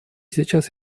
сейчас